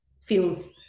feels